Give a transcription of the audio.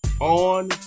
on